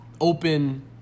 open-